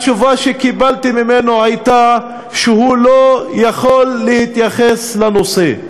התשובה שקיבלתי ממנו הייתה שהוא לא יכול להתייחס לנושא.